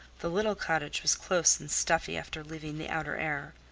the little cottage was close and stuffy after leaving the outer air.